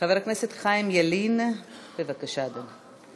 חבר הכנסת חיים ילין, בבקשה, אדוני.